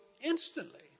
instantly